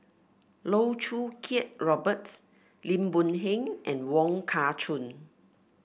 Loh Choo Kiat Robert Lim Boon Heng and Wong Kah Chun